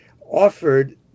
offered